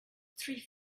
three